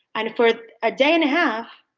and for a day and a half,